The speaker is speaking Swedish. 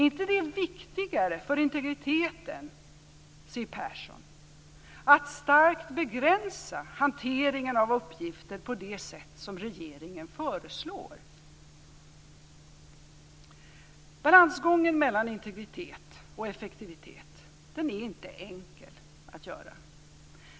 Är det inte viktigare för integriteten, Siw Persson, att starkt begränsa hanteringen av uppgifter på det sätt som regeringen föreslår? Balansgången mellan integritet och effektivitet är inte enkel.